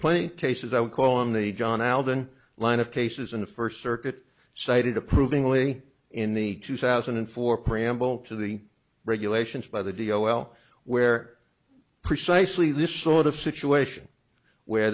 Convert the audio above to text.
plenty cases i would call on the john allen line of cases in the first circuit cited approvingly in the two thousand and four preamble to the regulations by the d o l where precisely this sort of situation where